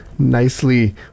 Nicely